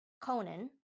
Conan